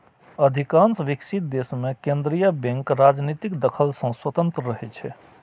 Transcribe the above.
अधिकांश विकसित देश मे केंद्रीय बैंक राजनीतिक दखल सं स्वतंत्र रहै छै